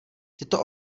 tyto